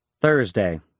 Thursday